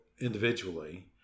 individually